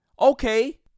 Okay